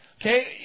Okay